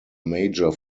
major